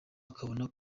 ukabona